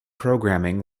programming